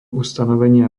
ustanovenia